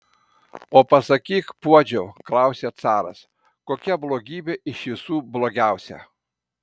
o pasakyk puodžiau klausia caras kokia blogybė iš visų blogiausia